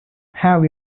have